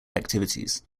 activities